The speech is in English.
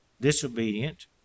disobedient